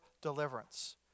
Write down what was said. deliverance